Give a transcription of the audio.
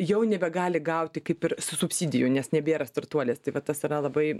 jau nebegali gauti kaip ir subsidijų nes nebėra startuolis tai vat tas yra labai